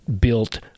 built